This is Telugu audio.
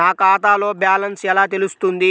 నా ఖాతాలో బ్యాలెన్స్ ఎలా తెలుస్తుంది?